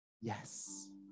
Yes